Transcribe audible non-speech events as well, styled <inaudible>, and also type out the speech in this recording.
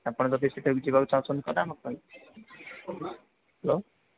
ଆପଣ ଯଦି ସେଠାକୁ ଯିବାକୁ ଚାହୁଁଛନ୍ତି ତା'ହେଲେ ଆମକୁ <unintelligible> ହ୍ୟାଲୋ